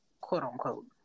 quote-unquote